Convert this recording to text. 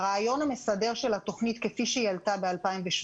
הרעיון המסדר של התוכנית כפי שעלתה ב-2017,